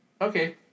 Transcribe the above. Okay